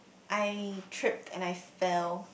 I tripped and I fell